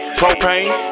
propane